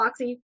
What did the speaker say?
boxy